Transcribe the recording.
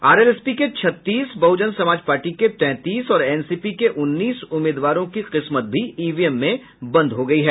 RLSP के छत्तीस बहुजन समाज पार्टी के तैंतीस और एनसीपी के उन्नीस उम्मीदवारों की किस्मत भी ईवीएम में बंद हो गयी है